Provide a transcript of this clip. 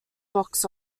box